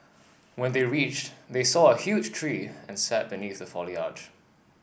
when they reached they saw a huge tree and sat beneath the foliage